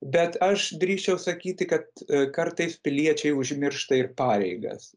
bet aš drįsčiau sakyti kad kartais piliečiai užmiršta ir pareigas